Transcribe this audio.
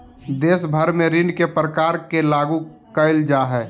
देश भर में ऋण के प्रकार के लागू क़इल जा हइ